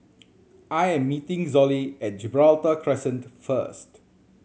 I'm meeting Zollie at Gibraltar Crescent first